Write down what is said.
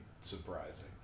surprising